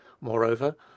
Moreover